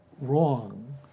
wrong